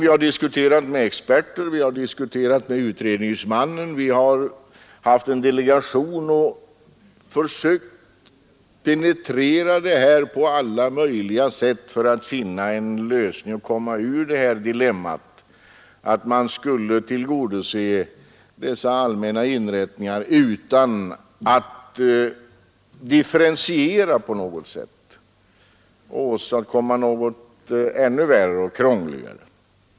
Vi har diskuterat med experter, vi har talat med utredningsmannen, vi har haft en delegation och vi har försökt penetrera frågan på alla möjliga sätt för att finna en lösning och komma ur dilemmat när det gäller att tillgodose dessa allmänna inrättningar utan att på något sätt differentiera och därmed åstadkomma något ännu värre och krångligare.